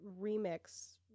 remix